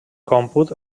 còmput